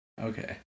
Okay